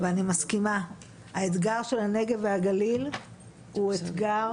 אני מסכימה שהאתגר של הנגב והגליל הוא אתגר